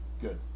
good